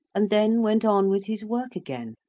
and then went on with his work again,